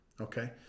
Okay